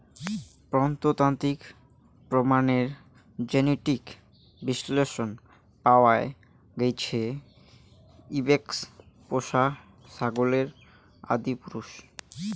প্রত্নতাত্ত্বিক প্রমাণের জেনেটিক বিশ্লেষনত পাওয়া গেইছে ইবেক্স পোষা ছাগলের আদিপুরুষ